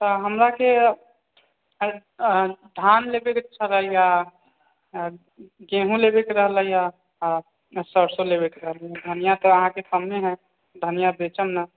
तऽ हमराके धान लय के जे छलैए आओर गहूँम लेबैके रहलैए आओर सरिसो लेबैके रहलै धनियाँ तऽ अहाँके कम ही होत धनियाँ बेचब ने